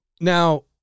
Now